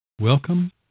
Welcome